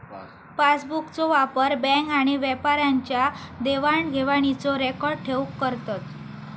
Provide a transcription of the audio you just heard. पासबुकचो वापर बॅन्क आणि व्यापाऱ्यांच्या देवाण घेवाणीचो रेकॉर्ड ठेऊक करतत